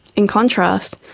in contrast,